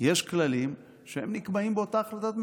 יש כללים שנקבעים באותה החלטת ממשלה.